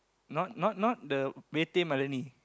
not not not the way tame Marlini